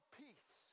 peace